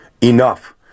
enough